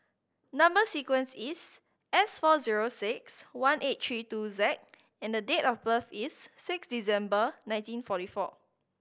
number sequence is S four zero six one eight three two Z and date of birth is six December nineteen forty four